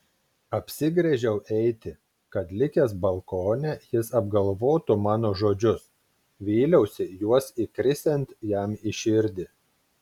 apsigręžiau eiti kad likęs balkone jis apgalvotų mano žodžius vyliausi juos įkrisiant jam į širdį